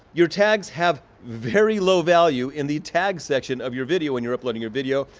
your tags have very low value in the tag section of your video when you're uploading your video.